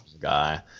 guy